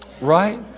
right